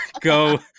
go